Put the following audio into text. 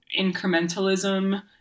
incrementalism